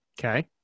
Okay